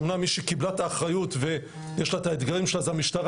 אמנם מי שקיבלה את האחריות ויש לה את האתגרים שלה זה המשטרה,